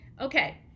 okay